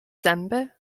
zęby